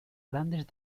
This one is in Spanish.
grandes